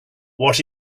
what